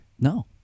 No